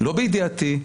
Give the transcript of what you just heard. לא בידיעתי,